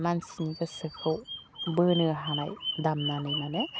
मानसिनि गोसोखौ बोनो हानाय दामनानै माने